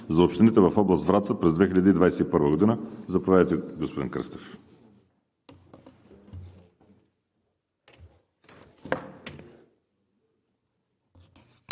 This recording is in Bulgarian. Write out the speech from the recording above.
за общините в област Враца през 2021 г. Заповядайте, господин Кръстев.